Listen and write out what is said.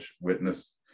witness